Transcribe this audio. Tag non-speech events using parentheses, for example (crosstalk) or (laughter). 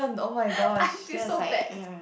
(laughs) I feel so bad